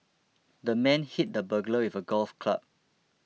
the man hit the burglar with a golf club